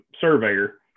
surveyor